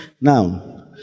Now